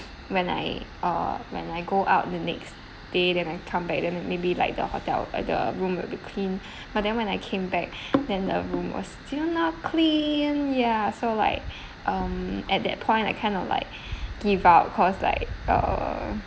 when I uh when I go out the next day then I come back then maybe like the hotel uh the room will be clean but then when I came back then the room was still not clean ya so like um at that point I kind of like give up cause like uh